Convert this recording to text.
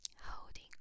holding